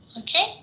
okay